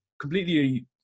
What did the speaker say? completely